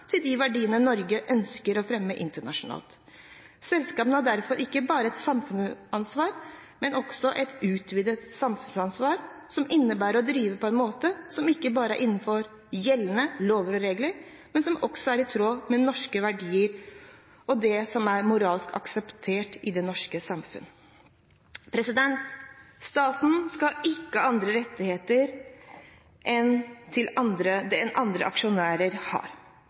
til de verdiene Norge ønsker å fremme internasjonalt. Selskapene har derfor ikke bare et samfunnsansvar, men også et utvidet samfunnsansvar, som innebærer å drive på en måte som ikke bare er innenfor gjeldende lover og regler, men som også er i tråd med norske verdier og med det som er moralsk akseptert i det norske samfunn. Staten skal ikke ha andre rettigheter enn det andre aksjonærer har. Staten skal heller ikke drive selskapskontakt gjennom andre veier enn andre aksjonærer